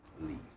Leave